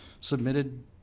submitted